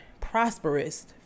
prosperous